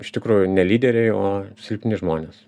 iš tikrųjų ne lyderiai o silpni žmonės